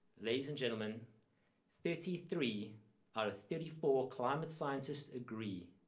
ladies and gentlemen thirty three out of thirty four climate scientists agree